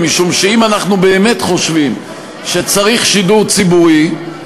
משום שאם אנחנו באמת חושבים שצריך שידור ציבורי,